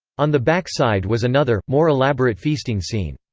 on the back side was another, more elaborate feasting scene.